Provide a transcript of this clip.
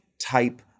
type